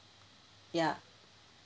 ya